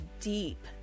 deep